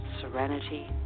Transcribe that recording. serenity